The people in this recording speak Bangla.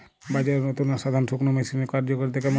বাজারে নতুন আসা ধান শুকনোর মেশিনের কার্যকারিতা কেমন?